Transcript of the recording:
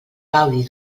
gaudi